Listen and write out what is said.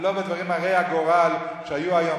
ולא הדברים הרי הגורל שהיו היום.